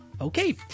okay